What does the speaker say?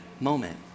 moment